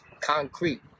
concrete